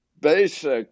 basic